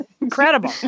incredible